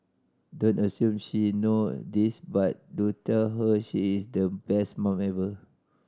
don't assume she know this but do tell her she is the best mum ever